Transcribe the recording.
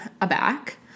aback